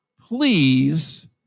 Please